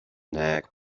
nag